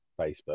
Facebook